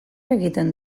egiten